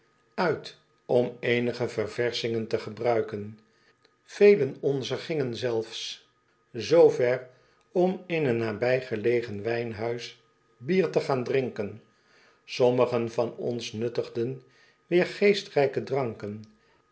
uit om eenige ververschingen te gebruiken velen onzer gingen zelfs zoo ver om in een nabijgelegen wijnhuis bier te gaan drinken sommigen van ons nuttigden weer geestrijke dranken